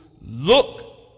look